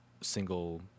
single